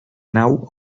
nau